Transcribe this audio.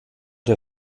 der